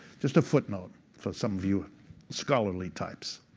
just a footnote for some of you scholarly types.